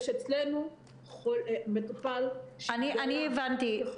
יש אצלנו מטופל שהתגלה --- הבנתי.